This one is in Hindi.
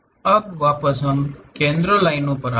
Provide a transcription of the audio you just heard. अब वापस हम केंद्र लाइनों पर आ रहा है